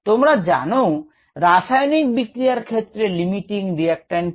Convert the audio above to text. তোমরা জানো রাসায়নিক বিক্রিয়ায় ক্ষেত্রে লিমিটিং রিয়্যাকট্যান্ট কি